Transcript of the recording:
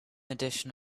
edition